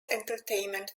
entertainment